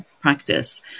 practice